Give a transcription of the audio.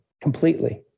completely